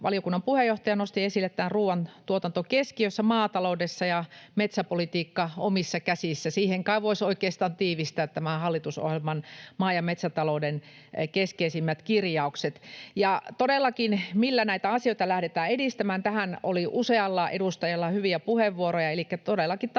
valiokunnan puheenjohtaja, nosti täällä esille nämä ”ruoan tuotanto keskiössä maataloudessa” ja ”metsäpolitiikka omissa käsissä”. Siihen kai voisi oikeastaan tiivistää tämän hallitusohjelman maa- ja metsätalouden keskeisimmät kirjaukset. [Petri Huru: Juuri näin!] Ja todellakin, millä näitä asioita lähdetään edistämään? Tähän oli usealla edustajalla hyviä puheenvuoroja. Elikkä todellakin tarvitaan